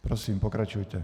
Prosím, pokračujte.